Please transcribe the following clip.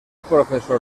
professor